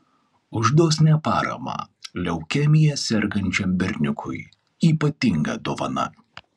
už dosnią paramą leukemija sergančiam berniukui ypatinga dovana